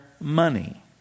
money